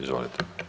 Izvolite.